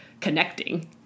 connecting